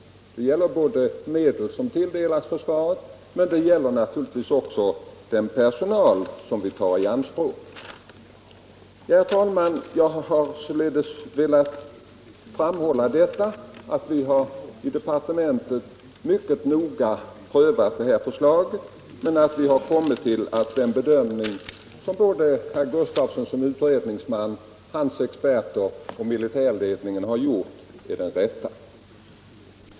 Detta gäller både de medel som tilldelas försvaret och naturligtvis också den personal som tas i anspråk. Herr talman! Jag har således velat framhålla att vi i departementet mycket noga prövat förslaget och kommit fram till att den bedömning som både herr Gustafsson som utredningsman, hans experter samt militärledningen gjort, är den rätta.